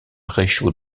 réchaud